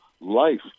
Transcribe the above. life